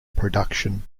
production